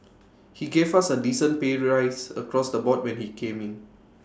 he gave us A decent pay rise across the board when he came in